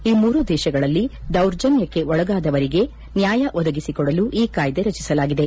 ಈ ಮೂರು ದೇಶಗಳಲ್ಲಿ ದೌರ್ಜನ್ನಕ್ಕೆ ಒಳಗಾದವರಿಗೆ ನ್ಯಾಯ ಒದಗಿಸಿಕೊಡಲು ಈ ಕಾಯ್ದೆ ರಚಿಸಲಾಗಿದೆ